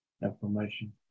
information